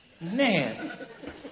man